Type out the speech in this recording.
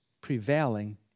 prevailing